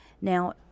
Now